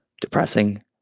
depressing